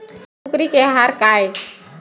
कुकरी के आहार काय?